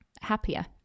happier